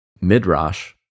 midrash